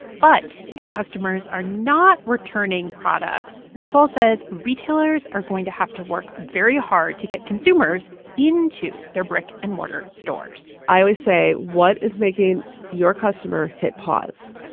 but if customers are not returning products, nicole says, retailers are going to have to work very hard to get consumers into their brick-and-mortar stores i always say, what is making your customer hit pause?